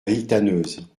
villetaneuse